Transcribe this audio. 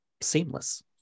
seamless